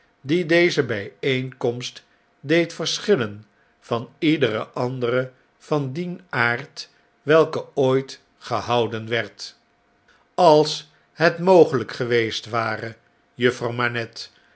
die deze bijeenkomst deed verschillen van iedere andere van dien aard welke ooit gehouden werd als het mogelflk geweest ware